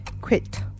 Quit